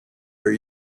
are